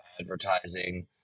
advertising